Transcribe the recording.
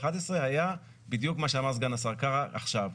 היה בדיוק מה שאמר סגן השר קארה עכשיו.